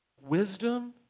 wisdom